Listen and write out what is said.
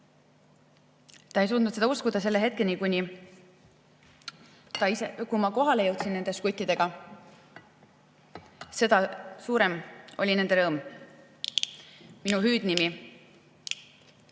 Ta ei suutnud seda uskuda selle hetkeni, kuni ma kohale jõudsin nende žguttidega. Seda suurem oli nende rõõm. Minu hüüdnimi